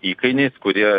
įkainiais kurie